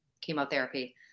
chemotherapy